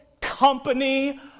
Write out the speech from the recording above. company